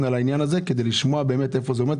בעניין הזה כדי לשמוע היכן הוא עומד.